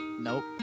Nope